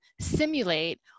simulate